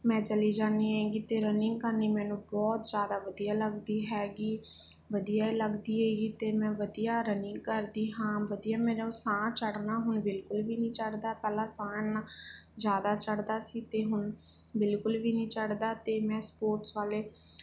ਮੈਂ ਚਲੀ ਜਾਂਦੀ ਹੈਗੀ ਅਤੇ ਰਨਿੰਗ ਕਰਨੀ ਮੈਨੂੰ ਬਹੁਤ ਜ਼ਿਆਦਾ ਵਧੀਆ ਲੱਗਦੀ ਹੈਗੀ ਵਧੀਆ ਲੱਗਦੀ ਹੈਗੀ ਅਤੇ ਮੈਂ ਵਧੀਆ ਰਨਿੰਗ ਕਰਦੀ ਹਾਂ ਵਧੀਆ ਮੈਨੂੰ ਸਾਹ ਚੜ੍ਹਨਾ ਹੁਣ ਬਿਲਕੁਲ ਵੀ ਨਹੀਂ ਚੜ੍ਹਦਾ ਪਹਿਲਾਂ ਸਾਹ ਇੰਨਾ ਜ਼ਿਆਦਾ ਚੜ੍ਹਦਾ ਸੀ ਅਤੇ ਹੁਣ ਬਿਲਕੁਲ ਵੀ ਨਹੀਂ ਚੜ੍ਹਦਾ ਅਤੇ ਮੈਂ ਸਪੋਰਟਸ ਵਾਲੇ